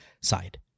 side